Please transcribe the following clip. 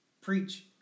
preach